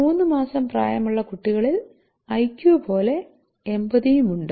മൂന്ന് മാസം പ്രായമുള്ള കുട്ടികളിൽ ഐക്യു പോലെ എംപതിയും ഉണ്ട്